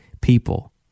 people